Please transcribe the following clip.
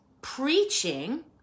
preaching